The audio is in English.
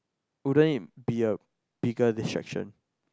wouldn't it be a biggest disruption